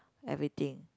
everything